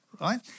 right